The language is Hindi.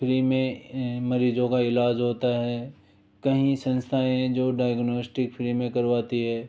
फ्री में मरीज़ों का इलाज होता है कई संस्थाएं हैं जो डायग्नोस्टिक फ्री में करवाती हैं